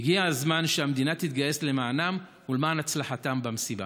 הגיע הזמן שהמדינה תתגייס למענם ולמען הצלחתם במשימה.